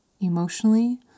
emotionally